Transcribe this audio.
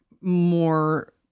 more